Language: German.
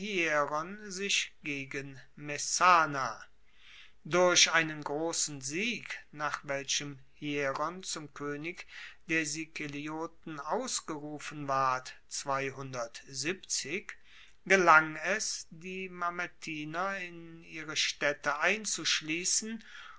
sich gegen messana durch einen grossen sieg nach welchem hieron zum koenig der sikelioten ausgerufen ward gelang es die mamertiner in ihre staedte einzuschliessen